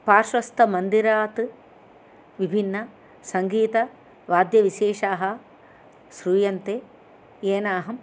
पार्श्वस्थमन्दिरात् विभिन्नसङ्गीतवाद्यविशेषाः श्रूयन्ते येन अहं